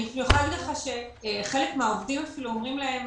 אני יכולה להגיד לך שחלק מהעובדים אומרים אפילו להם